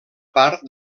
part